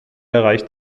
erreicht